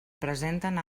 presenten